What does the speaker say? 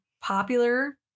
popular